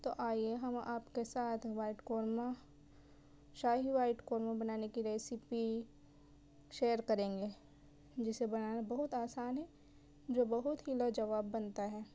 تو آئیے ہم آپ کے ساتھ وائٹ قورمہ شاہی وائٹ قورمہ بنانے کی ریسیپی شیئر کریں گے جسے بنانا بہت آسان ہے جو بہت ہی لاجواب بنتا ہے